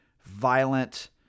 violent